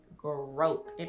Growth